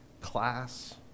class